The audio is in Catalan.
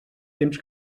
temps